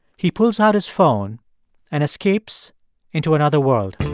he pulls out his phone and escapes into another world.